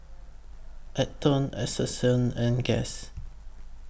Atherton Essential and Guess